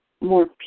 more